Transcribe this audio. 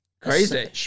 Crazy